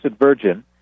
Virgin